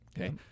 Okay